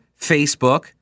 Facebook